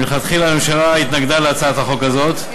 מלכתחילה הממשלה התנגדה להצעת החוק הזאת,